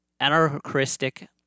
anarchistic